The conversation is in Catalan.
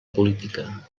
política